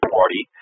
Party